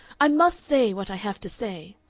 i must say what i have to say!